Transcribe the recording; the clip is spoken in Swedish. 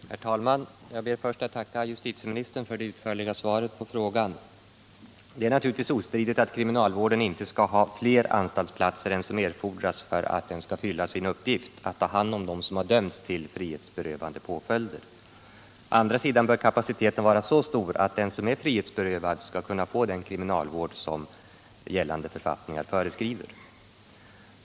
Herr talman! Jag ber att först få tacka justitieministern för det utförliga svaret på min fråga. Det är naturligtvis ostridigt att kriminalvården inte skall ha fler anstaltsplatser än som erfordras för att den skall fylla sin uppgift att ta hand om dem som dömts till frihetsberövande påföljder. Å andra sidan bör kapaciteten vara så stor att den som är frihetsberövad skall kunna få den kriminalvård som gällande författningar föreskriver.